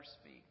speak